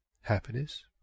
Happiness